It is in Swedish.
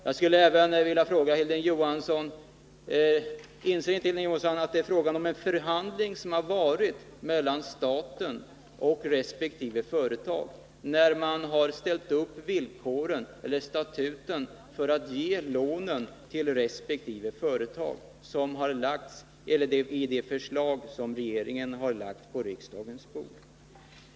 Jag skulle även vilja fråga Hilding Johansson, om han inte inser att det har varit fråga om en förhandling mellan staten och resp. företag där man för att ge lånen till resp. företag har ställt upp statuterna och villkoren i de förslag som regeringen har lagt på riksdagens bord.